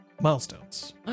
milestones